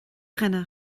dhuine